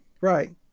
Right